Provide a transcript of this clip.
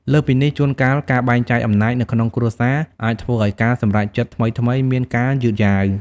លើសពីនេះ ជួនកាលការបែងចែកអំណាចនៅក្នុងគ្រួសារអាចធ្វើឲ្យការសម្រេចចិត្តថ្មីៗមានការយឺតយ៉ាវ។